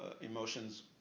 emotions